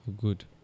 Good